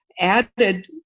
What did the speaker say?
added